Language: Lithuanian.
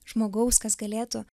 žmogaus kas galėtų